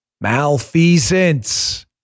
Malfeasance